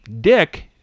Dick